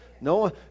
No